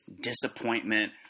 disappointment